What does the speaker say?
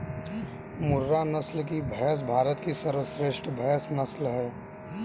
मुर्रा नस्ल की भैंस भारत की सर्वश्रेष्ठ भैंस नस्ल है